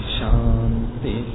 Shanti